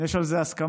יש על זה הסכמה?